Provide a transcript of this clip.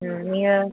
ம் நீங்கள்